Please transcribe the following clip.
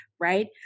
Right